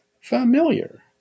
familiar